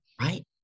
right